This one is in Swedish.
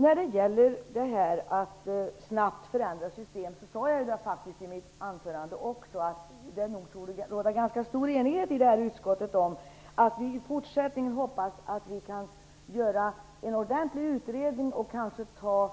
När det gäller frågan om att snabbt förändra system sade jag faktiskt i mitt anförande att det nog torde råda ganska stor enighet i utskottet om att vi hoppas att det i fortsättningen kan göras en ordentlig utredning. Vi kan då ta